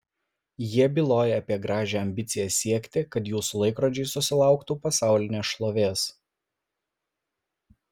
jie byloja apie gražią ambiciją siekti kad jūsų laikrodžiai susilauktų pasaulinės šlovės